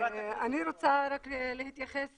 רוצה להתייחס